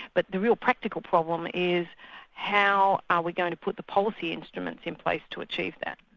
but the real practical problem is how are we going to put the policy instruments in place to achieve that.